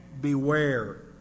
beware